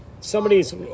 Somebody's